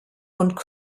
und